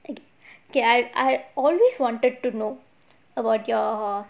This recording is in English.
okay I I always wanted to know about your